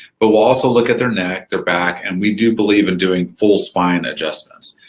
but we'll also look at their neck, their back, and we do believe in doing full spine adjustments.